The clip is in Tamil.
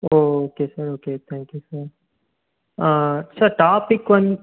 O oh okay sir okay okay thank you sir sir topic வந்